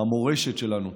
המורשת שלנו,